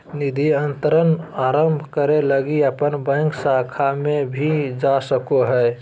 निधि अंतरण आरंभ करे लगी अपन बैंक शाखा में भी जा सको हो